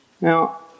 Now